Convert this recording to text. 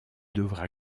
devra